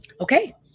Okay